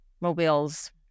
Mobile's